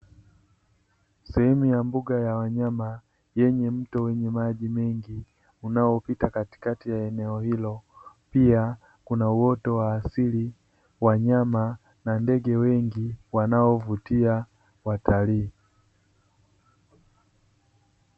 Sehemu ya mbuga ya wanyama yenye mto wenye maji mengi unaopita katikati ya eneo hilo pia kuna uoto wa asili, wanyama na ndege wengi wanaovutia watalii.